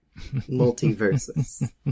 Multiverses